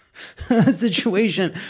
situation